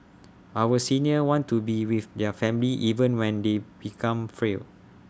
our seniors want to be with their family even when they become frail